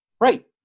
Right